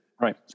Right